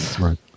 Right